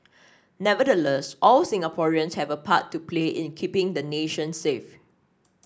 nevertheless all Singaporeans have a part to play in the keeping the nation safe